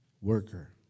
worker